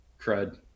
crud